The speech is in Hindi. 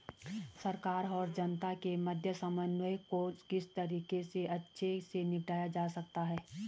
सरकार और जनता के मध्य समन्वय को किस तरीके से अच्छे से निपटाया जा सकता है?